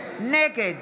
נגד